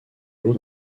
l’eau